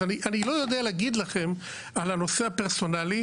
אז אני לא יודע להגיד לכם על הנושא הפרסונלי,